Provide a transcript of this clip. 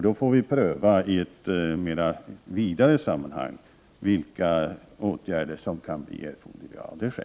Vi får sedan i ett vidare sammanhang pröva vilka åtgärder som kan bli erforderliga.